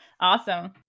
Awesome